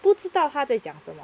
不知道他在讲什么